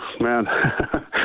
man